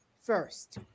first